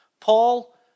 Paul